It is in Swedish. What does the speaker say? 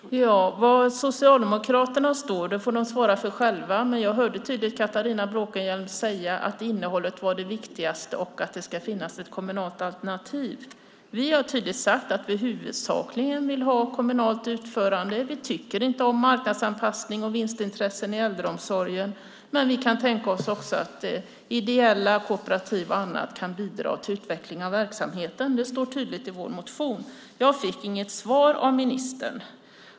Fru talman! Var Socialdemokraterna står får de svara för själva. Men jag hörde tydligt Catharina Bråkenhielm säga att innehållet är det viktigaste och att det ska finnas ett kommunalt alternativ. Vi har tydligt sagt att vi huvudsakligen vill ha kommunalt utförande. Vi tycker inte om marknadsanpassning och vinstintressen i äldreomsorgen. Men vi kan också tänka oss att ideella kooperativ och andra kan bidra till utveckling av verksamheten; det står tydligt i vår motion. Jag fick inget svar av ministern.